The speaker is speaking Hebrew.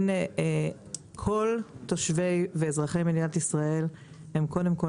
כל תושבי ואזרחי מדינת ישראל הם קודם כול